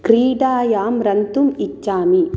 क्रीडायां रन्तुम् इच्छामि